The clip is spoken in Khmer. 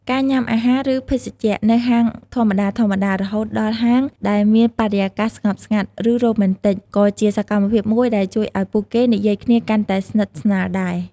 ការ ញ៉ាំអាហារ ឬភេសជ្ជៈ នៅហាងធម្មតាៗ រហូតដល់ហាងដែលមានបរិយាកាសស្ងប់ស្ងាត់ ឬរ៉ូមែនទិក ក៏ជាសកម្មភាពមួយដែលជួយឱ្យពួកគេនិយាយគ្នាកាន់តែស្និទ្ធស្នាលដែរ។